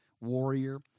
warrior